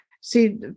see